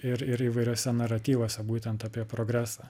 ir ir įvairiuose naratyvuose būtent apie progresą